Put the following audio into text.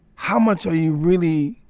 how much are you really